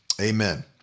amen